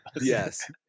Yes